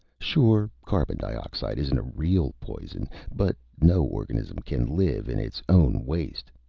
sure, carbon dioxide isn't a real poison but no organism can live in its own waste,